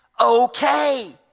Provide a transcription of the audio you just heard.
okay